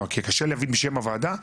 כי קשה להבין משם הוועדה,